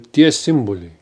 tie simboliai